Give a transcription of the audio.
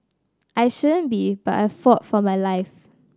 I shouldn't be but I fought for my life